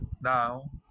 now